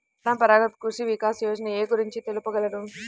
పరంపరాగత్ కృషి వికాస్ యోజన ఏ గురించి తెలుపగలరు?